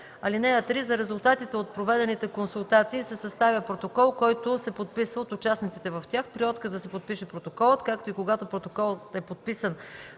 лица. (3) За резултатите от проведените консултации се съставя протокол, който се подписва от участниците в тях. При отказ да се подпише протоколът, както и когато протоколът е подписан